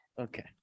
Okay